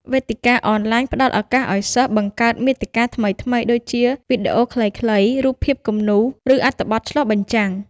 វេទិកាអនឡាញផ្ដល់ឱកាសឲ្យសិស្ស បង្កើតមាតិកាថ្មីៗ ដូចជាវីដេអូខ្លីៗ រូបភាពគំនូរ ឬអត្ថបទឆ្លុះបញ្ចាំង។